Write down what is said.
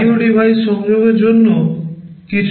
IO device সংযোগের জন্য কিছু সুবিধা থাকতে পারে